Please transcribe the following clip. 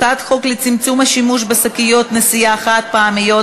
הצעת חוק לצמצום השימוש בשקיות נשיאה חד-פעמיות,